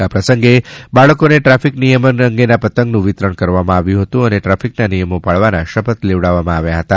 આ પ્રસંગે બાળકોને ટ્રાફિક નિયમન અંગેના પતંગનું વિતરણ કરવામાં આવ્યું હતુ અને ટ્રાફિકના નિયમો પાળવાના શપથ લેવડાવવામાં આવ્યા હતા